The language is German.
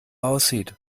aussieht